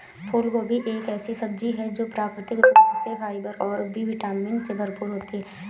फूलगोभी एक ऐसी सब्जी है जो प्राकृतिक रूप से फाइबर और बी विटामिन से भरपूर होती है